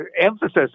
emphasis